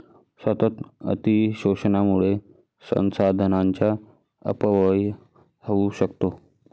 सतत अतिशोषणामुळे संसाधनांचा अपव्यय होऊ शकतो